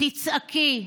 תצעקי,